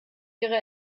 ihre